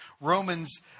Romans